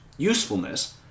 usefulness